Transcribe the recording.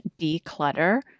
declutter